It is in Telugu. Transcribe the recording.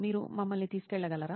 మీరు మమ్మల్ని తీసుకెళ్లగలరా